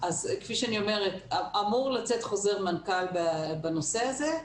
כפי שאני אומרת, אמור לצאת חוזר מנכ"ל בנושא הזה.